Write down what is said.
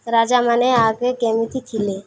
ରାଜାମାନେ ଆଗେ କେମିତି ଥିଲେ